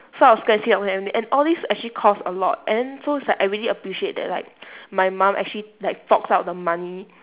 so I was quite sick of everything and all these actually cost a lot and then so it's like I really appreciate that like my mum actually like forks out the money